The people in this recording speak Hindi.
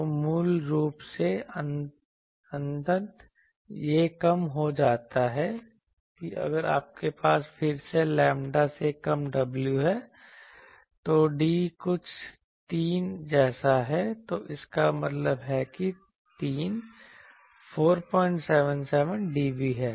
तो मूल रूप से अंततः यह कम हो जाता है कि अगर आपके पास फिर से लैम्ब्डा से कम w है तो डी कुछ 3 जैसा है तो इसका मतलब है कि 3 477dB है